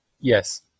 Yes